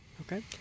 Okay